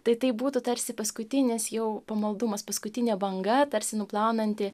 tai taip būtų tarsi paskutinis jau pamaldumas paskutinė banga tarsi nuplaunanti